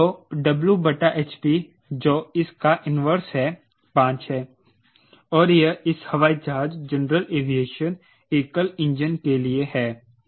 तो W बटा hp जो इस का इन्वर्स है 5 है और यह इस हवाई जहाज जनरल एविएशन एकल इंजन के लिए है 007